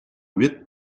huit